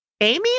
Amy